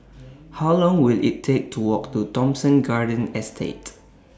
How Long Will IT Take to Walk to Thomson Garden Estate